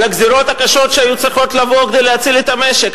על הגזירות הקשות שהיו צריכות לבוא כדי להציל את המשק.